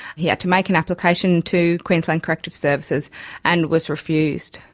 he had to make an application to queensland corrective services and was refused.